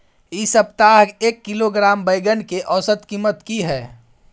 इ सप्ताह एक किलोग्राम बैंगन के औसत कीमत की हय?